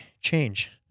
change